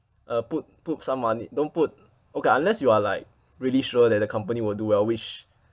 uh put put some mone~ don't put okay unless you are like really sure that the company will do well which